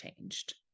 changed